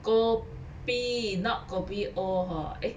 kopi not kopi o hor